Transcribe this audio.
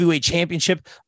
Championship